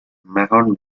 mahon